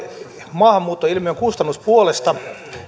maahanmuuttoilmiön kustannuspuolesta